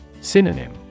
Synonym